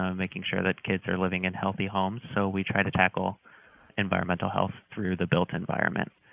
um making sure that kids are living in healthy homes, so we try to tackle environmental health through the built-in environment.